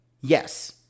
Yes